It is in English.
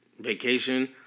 vacation